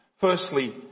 Firstly